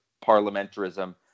parliamentarism